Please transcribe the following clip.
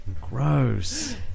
Gross